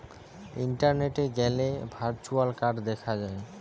ইন্টারনেটে গ্যালে virtual card দেখা যায়